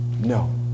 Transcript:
no